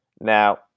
Now